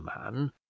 man